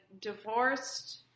divorced